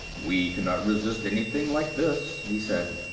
we cannot resist anything like this, he said.